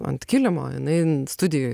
ant kilimo jinai studijoj